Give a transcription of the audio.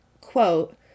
quote